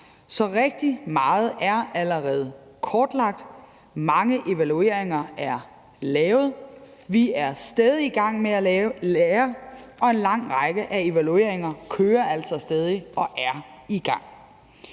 er rigtig meget, der allerede er kortlagt. Der er lavet mange evalueringer, vi er stadig i gang med at lære, og en lang række af evalueringer kører altså stadig og er i gang.